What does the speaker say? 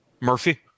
Murphy